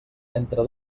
entre